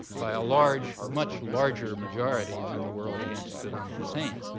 by a large, much larger majority than the world against saddam hussein.